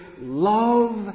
love